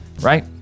Right